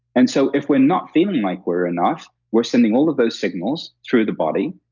and so, if we're not feeling like we're enough, we're sending all of those signals through the body,